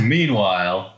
Meanwhile